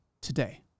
today